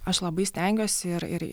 aš labai stengiuosi ir ir